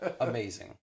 amazing